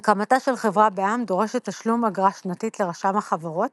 הקמתה של חברה בע"מ דורשת תשלום אגרה שנתית לרשם החברות